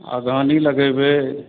अगहनी लगेबै